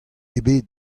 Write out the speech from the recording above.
ebet